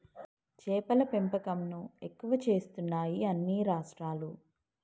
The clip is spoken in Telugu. చేపల పెంపకం ను ఎక్కువ చేస్తున్నాయి అన్ని రాష్ట్రాలు